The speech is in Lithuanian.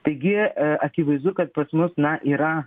taigi akivaizdu kad pas mus na yra